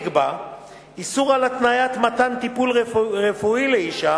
נקבע איסור על התניית מתן טיפול רפואי לאשה